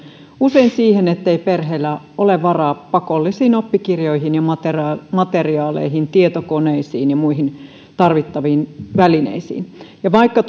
usein siihen ettei perheellä ole varaa pakollisiin oppikirjoihin ja materiaaleihin tietokoneisiin ja muihin tarvittaviin välineisiin vaikka